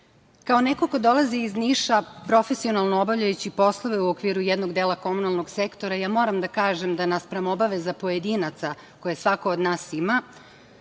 neko ko dolazi iz Niša, profesionalno obavljajući poslove u okviru jednog dela komunalnog sektora moram da kažem da naspram obaveza pojedinaca, koje svako od nas ima,